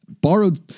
borrowed